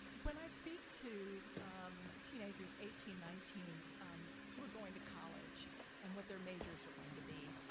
when i speak to teenagers, eighteen, nineteen who are going to college and what their majors are going to be,